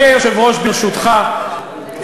ברשותך,